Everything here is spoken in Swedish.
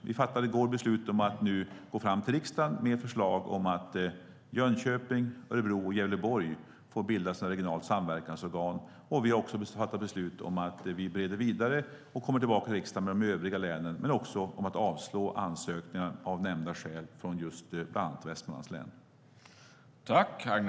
Vi fattade i går beslut om att gå till riksdagen med förslag om att Jönköping, Örebro och Gävleborg ska få bilda regionala samverkansorgan. Vi har också fattat beslut om att bereda vidare och komma tillbaka till riksdagen i fråga om de övriga länen men också om att avslå ansökningar från bland annat Västmanlands län av nämnda skäl.